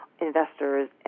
investors